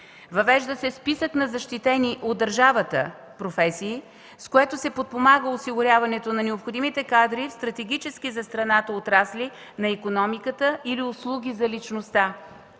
въвежда се списък на защитени от държавата професии, с което се подпомага осигуряването на необходимите кадри в стратегически за страната отрасли на икономиката или услуги за личността.